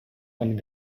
and